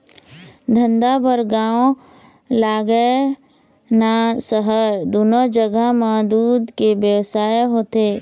धंधा बर गाँव लागय न सहर, दूनो जघा म दूद के बेवसाय होथे